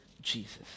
Jesus